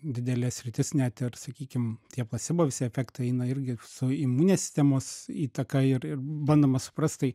didelė sritis net ir sakykim tie placebo visi efektai eina irgi su imunės sistemos įtaka ir ir bandoma suprast tai